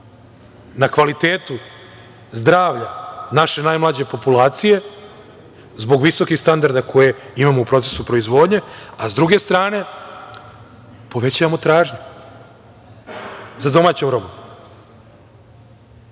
na kvalitetu zdravlja naše najmlađe populacije zbog visokih standarda koje imamo u procesu proizvodnje, a sa druge strane povećavamo tražnju za domaćom robom.